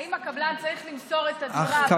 האם הקבלן צריך למסור את הדירה בזמן